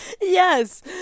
Yes